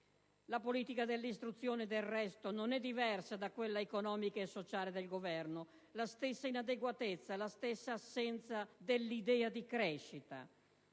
La politica dell'istruzione, del resto, non è diversa da quella economica e sociale del Governo: la stessa inadeguatezza, la stessa assenza dell'idea di crescita.